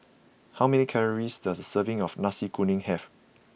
how many calories does a serving of Nasi Kuning have